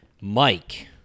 Mike